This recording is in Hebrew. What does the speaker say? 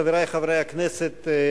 חברי חברי הכנסת,